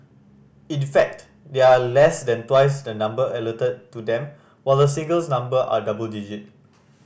in fact they are less than twice the number allotted to them while the singles number are double digit